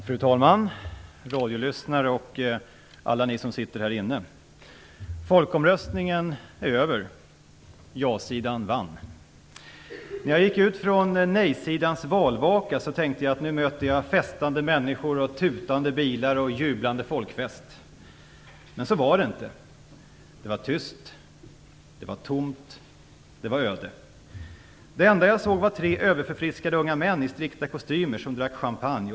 Fru talman! Radiolyssnare och alla ni som sitter här i kammaren! Folkomröstningen är över. Ja-sidan vann. När jag gick ut från nej-sidans valvaka tänkte jag att nu möter jag nog festande människor och tutande bilar; det är nog en jublande folkfest. Men så var det inte. Det var tyst, tomt och öde. Det enda jag såg var tre överförfriskade unga män i strikta kostymer som drack champagne.